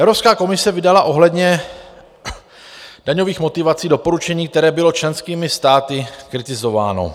Evropská komise vydala ohledně daňových motivací doporučení, které bylo členskými státy kritizováno.